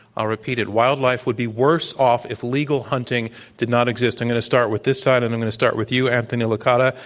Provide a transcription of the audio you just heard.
i'll repeat it. wildlife would be worse off if legal hunting did not exist. i'm going to start with this side. and i'm going to start with you, anthony licata.